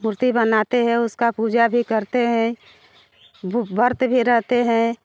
मूर्ति बनाते हैं उसकी पूजा भी करते हैं बू व्रत भे रहते हैं